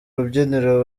rubyiniro